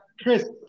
Chris